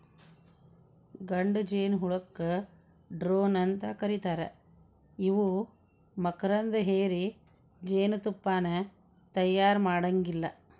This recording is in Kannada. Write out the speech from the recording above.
ಗಂಡು ಜೇನಹುಳಕ್ಕ ಡ್ರೋನ್ ಅಂತ ಕರೇತಾರ ಇವು ಮಕರಂದ ಹೇರಿ ಜೇನತುಪ್ಪಾನ ತಯಾರ ಮಾಡಾಂಗಿಲ್ಲ